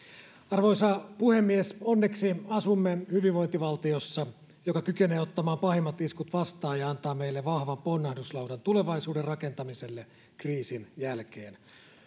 arvoisa puhemies onneksi asumme hyvinvointivaltiossa joka kykenee ottamaan pahimmat iskut vastaan ja antaa meille vahvan ponnahduslaudan tulevaisuuden rakentamiselle kriisin jälkeen